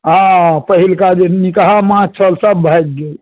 हँ पहिलका जे निकहा माछ छल सभ भागि गेल